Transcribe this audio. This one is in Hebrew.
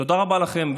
תודה רבה לכם.